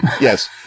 Yes